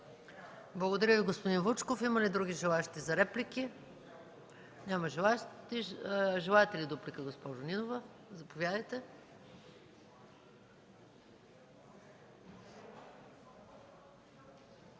Благодаря Ви, господин Вучков. Има ли други желаещи за реплики? Няма желаещи. Желаете ли дуплика, госпожо Нинова? Заповядайте.